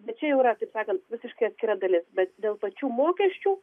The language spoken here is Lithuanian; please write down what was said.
bet čia jau yra taip sakant visiškai atskira dalis bet dėl pačių mokesčių